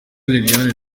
liliane